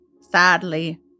sadly